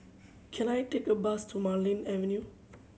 can I take a bus to Marlene Avenue